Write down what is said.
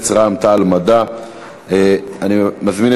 עלייה